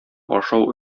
ашау